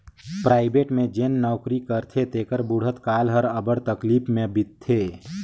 private में जेन नउकरी करथे तेकर बुढ़त काल हर अब्बड़ तकलीफ में बीतथे